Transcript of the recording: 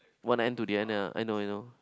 one end to the end ah I know I know